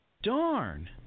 Darn